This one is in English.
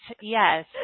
Yes